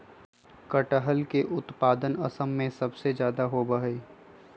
कटहल के उत्पादन असम में सबसे ज्यादा होबा हई